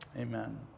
Amen